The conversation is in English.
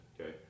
okay